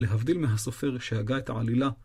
להבדיל מהסופר שהגה את העלילה,